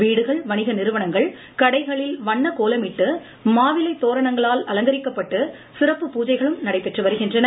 வீடுகள் வணிக நிறுவனங்கள் கடைகளில் வண்ணக் கோலமிட்டு மாவிலை தோரணங்களால் அலங்கரிக்கப்பட்டு சிறப்பு பூஜைகளும் நடைபெற்று வருகின்றன